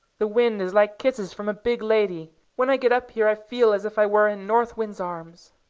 the wind is like kisses from a big lady. when i get up here i feel as if i were in north wind's arms.